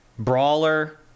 brawler